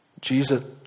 Jesus